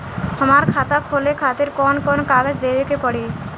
हमार खाता खोले खातिर कौन कौन कागज देवे के पड़ी?